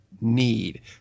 need